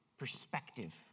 perspective